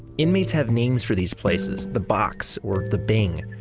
inmates have names for these places, the box or the bing.